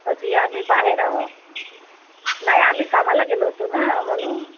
अजी आम्ही बाहेर आहोत नाही आम्ही कामाला गेलो होतो ना म्हणून